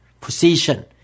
position